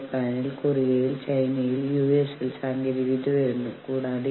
അപ്പോൾ ചില നെഗറ്റീവ് ബലപ്പെടുത്തലിനുള്ള സാധ്യതയുണ്ടാകുന്നു